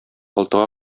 алтыга